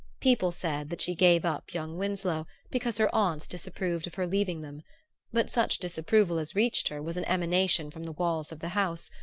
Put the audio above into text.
people said that she gave up young winsloe because her aunts disapproved of her leaving them but such disapproval as reached her was an emanation from the walls of the house,